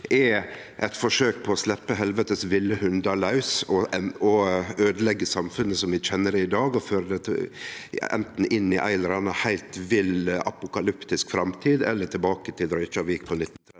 er eit forsøk på å sleppe helvetes ville hundar laus og øydeleggje samfunnet som vi kjenner det i dag, og føre det anten inn i ei eller anna heilt vill apokalyptisk framtid, eller tilbake til Reykjavik på